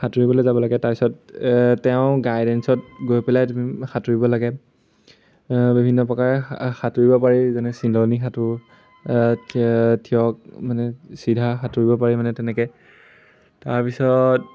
সাঁতুৰিবলে যাব লাগে তাৰপিছত এ তেওঁৰ গাইডেঞ্চত গৈ পেলাই তুমি সাঁতুৰিব লাগে বিভিন্ন প্ৰকাৰে সাঁতুৰিব পাৰি যেনে চিলনী সাঁতোৰ ঠিয় মানে চিধা সাঁতুৰিব পাৰি মানে তেনেকে তাৰপিছত